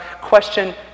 question